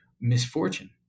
misfortune